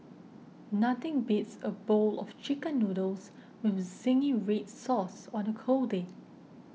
nothing beats a bowl of Chicken Noodles with Zingy Red Sauce on a cold day